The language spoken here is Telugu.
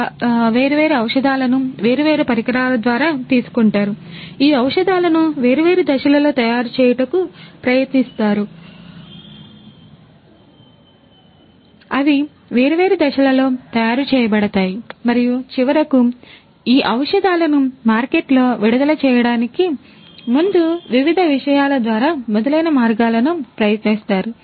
వారు ఈ వేర్వేరు ఔషధాలను వేర్వేరు పరికరాల ద్వారా తీసుకుంటారు ఈ ఔషధాలను వేర్వేరు దశలలో తయారు చేయుటకు ప్రయత్నిస్తారు అవి వేర్వేరు దశలలో తయారు చేయబడతాయి మరియు చివరకు ఈ ఔషధాలనుమార్కెట్లో విడుదల చేయడానికి ముందువివిధ విషయాల ద్వారా మొదలైన మార్గాలను ప్రయత్నిస్తారు